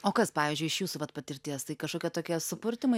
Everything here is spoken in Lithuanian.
o kas pavyzdžiui iš jūsų vat patirties tai kažkokie tokie supurtymai